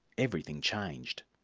everything changed.